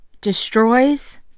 destroys